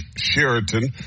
Sheraton